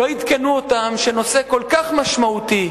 לא עדכנו אותם שנושא כל כך משמעותי,